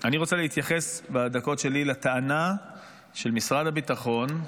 אני רוצה להתייחס בדקות שלי לטענה של משרד הביטחון,